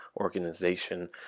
organization